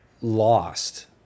lost